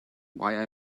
why